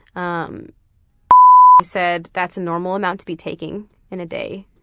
um said that's a normal amount to be taking in a day,